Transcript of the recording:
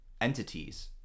entities